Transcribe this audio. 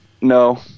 No